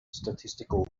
statistical